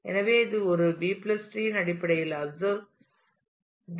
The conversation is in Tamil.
எனவே இது ஒரு B டிரீB treeஇன் அடிப்படை அப்சர்வ் டெபினிஷன் ஆகும்